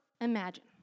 imagine